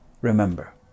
Remember